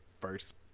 first